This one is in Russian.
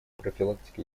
профилактика